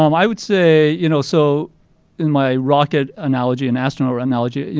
um i would say, you know so in my rocket analogy, and astronaut analogy, yeah